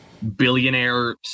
Billionaire